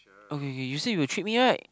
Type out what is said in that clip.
okay K you say you will treat me right